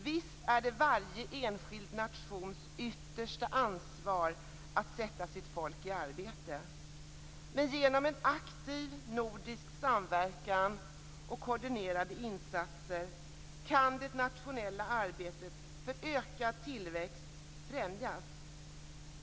Visst är det varje enskild nations yttersta ansvar att sätta sitt folk i arbete, men genom en aktiv nordisk samverkan och koordinerade insatser kan det nationella arbetet för ökad tillväxt främjas.